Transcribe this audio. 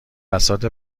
بساط